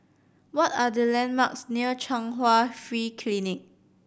what are the landmarks near Chung Hwa Free Clinic